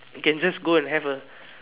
you can just go and have a